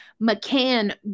McCann